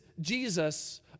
Jesus